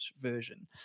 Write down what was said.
version